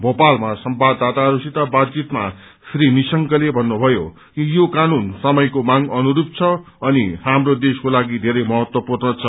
भोपालमा संवाददाताहरूसित बातचितमा श्री निशंकले भन्नुभयो कि यो कानून समयको मांग अनुस्रप छ अनि हाम्रो देशको लागि धेरै महत्त्पूण छ